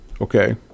Okay